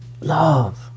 love